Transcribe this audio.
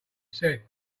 said